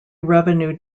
revenue